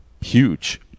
huge